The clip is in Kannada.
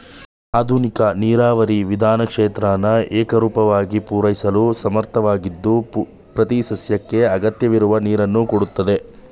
ಆಧುನಿಕ ನೀರಾವರಿ ವಿಧಾನ ಕ್ಷೇತ್ರನ ಏಕರೂಪವಾಗಿ ಪೂರೈಸಲು ಸಮರ್ಥವಾಗಿದ್ದು ಪ್ರತಿಸಸ್ಯಕ್ಕೆ ಅಗತ್ಯವಿರುವ ನೀರನ್ನು ಕೊಡುತ್ತೆ